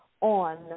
on